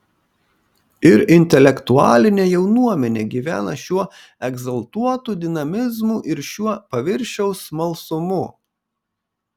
ir intelektualinė jaunuomenė gyvena šiuo egzaltuotu dinamizmu ir šiuo paviršiaus smalsumu